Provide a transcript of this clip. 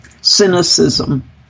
cynicism